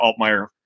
Altmaier